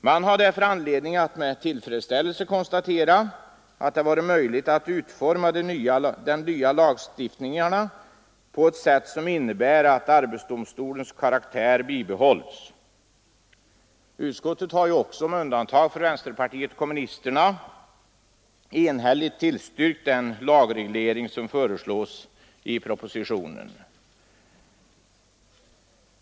Man har därför anledning att med tillfredsställelse konstatera att det varit möjligt att utforma de nya lagstiftningarna på ett sätt som innebär att arbetsdomstolens karaktär bibehålles. Utskottet har också — med undantag för vpk — enhälligt tillstyrkt den lagreglering som föreslås i propositionen.